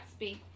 Gatsby